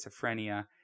schizophrenia